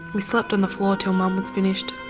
we slept on the floor till mum was finished.